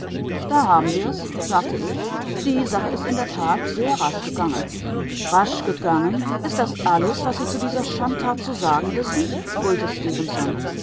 da haben wir's sagte ich die sache ist in der tat sehr rasch gegangen rasch gegangen ist das alles was sie zu dieser schandtat zu sagen wissen